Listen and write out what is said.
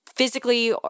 physically